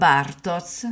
Bartos